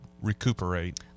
recuperate